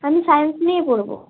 আমি সায়েন্স নিয়ে পড়বো